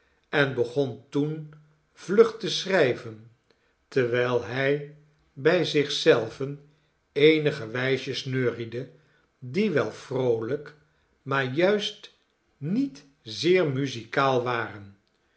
en begon toen vlug te schrijven terwyl hij bij zich zelven eenige wysjes neuriede die wel vroolijk maar juist niet zeer muzikaal waren